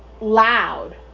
loud